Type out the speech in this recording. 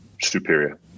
superior